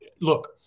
Look